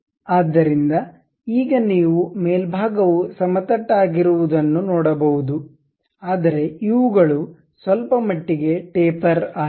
ಆದ್ದರಿಂದ ಈಗ ನೀವು ಮೇಲ್ಭಾಗವು ಸಮತಟ್ಟಾಗಿರುವದನ್ನು ನೋಡಬಹುದು ಆದರೆ ಇವುಗಳು ಸ್ವಲ್ಪಮಟ್ಟಿಗೆ ಟೇಪರ್ ಆಗಿವೆ